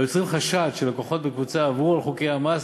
היוצרים חשד שלקוחות בקבוצה עברו על חוקי המס